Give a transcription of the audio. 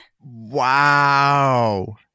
Wow